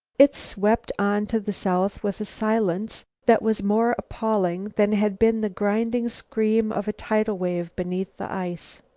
it swept on to the south with a silence that was more appalling than had been the grinding scream of a tidal wave beneath the ice.